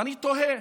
ואני תוהה: